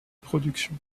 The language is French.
production